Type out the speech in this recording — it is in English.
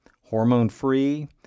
hormone-free